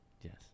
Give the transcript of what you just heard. Yes